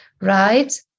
right